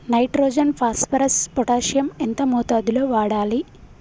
Nitrogen phosphorus potassium ఎంత మోతాదు లో వాడాలి?